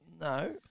No